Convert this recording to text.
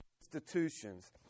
institutions